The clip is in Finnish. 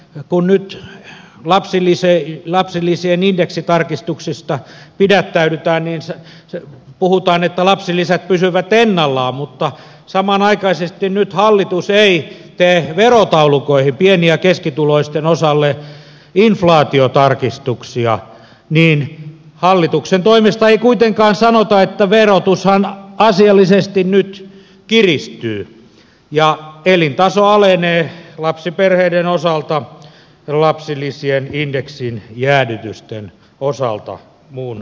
kun nyt lapsilisien indeksitarkistuksista pidättäydytään puhutaan että lapsilisät pysyvät ennallaan mutta samanaikaisesti kun hallitus ei tee nyt verotaulukoihin pieni ja keskituloisten osalle inflaatiotarkistuksia hallituksen toimesta ei kuitenkaan sanota että verotushan asiallisesti nyt kiristyy ja elintaso alenee lapsiperheiden osalta lapsilisien indeksin jäädytysten osalta muun muassa